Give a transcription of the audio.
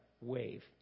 wave